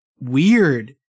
weird